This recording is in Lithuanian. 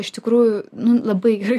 iš tikrųjų nu labai gerai